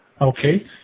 Okay